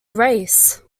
grace